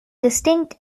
distinct